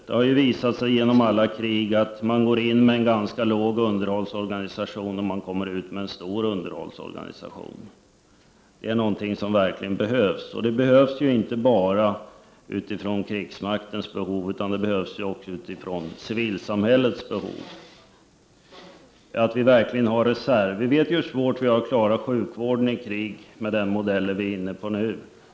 Det har genom alla krig visat sig att man går in i ett sådant med en ganska liten underhållsorganisation och att man kommer ut med en stor underhållsorganisation. Detta är någonting som verkligen behövs, inte bara utifrån krigsmaktens behov, utan också utifrån det civila samhällets behov. Det är viktigt att vi har reserver. Vi vet hur svårt vi har att klara sjukvården i krig med den modell vi nu har.